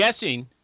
guessing